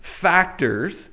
factors